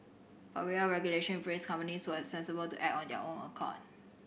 but without regulation in place companies were sensible to act on their own accord